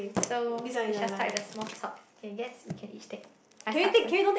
so we just start with the small talk can guess we can each take I start first